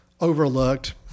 Overlooked